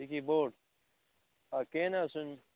سِکی بوٹ آ کینٛہہ نہ حظ چھُنہٕ